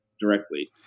directly